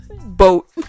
Boat